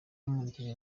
bamuherekeje